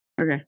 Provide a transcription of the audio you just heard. Okay